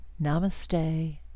Namaste